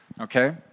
okay